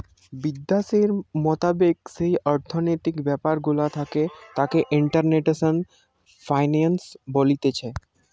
বিদ্যাশের মোতাবেক যেই অর্থনৈতিক ব্যাপার গুলা থাকে তাকে ইন্টারন্যাশনাল ফিন্যান্স বলতিছে